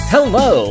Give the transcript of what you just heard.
Hello